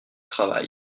travail